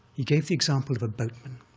he gave the example of a boatman